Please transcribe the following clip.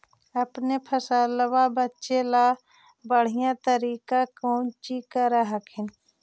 अपने फसलबा बचे ला बढ़िया तरीका कौची कर हखिन?